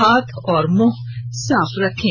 हाथ और मुंह साफ रखें